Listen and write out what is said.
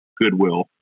Goodwill